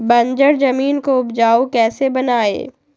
बंजर जमीन को उपजाऊ कैसे बनाय?